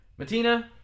Matina